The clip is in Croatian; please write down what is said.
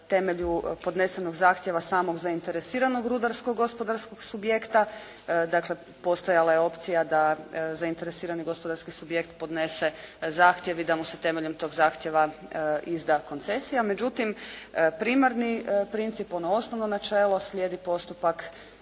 temelju podnesenog zahtjeva samog zainteresiranog rudarskog gospodarskog subjekta, dakle postojala je opcija da zainteresirani gospodarski subjekt podnese zahtjev i da mu se temeljem tog zahtjeva izda koncesija. Međutim primarni princip, ono osnovno načelo slijedi postupak